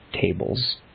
tables